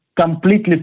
completely